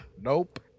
Nope